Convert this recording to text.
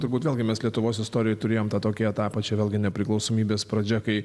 turbūt vėlgi mes lietuvos istorijoj turėjom tokį etapą čia vėlgi nepriklausomybės pradžia kai